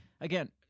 again